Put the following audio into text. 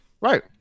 Right